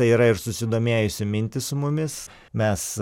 yra ir susidomėjusių mintys su mumis mes